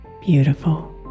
Beautiful